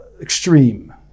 extreme